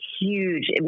huge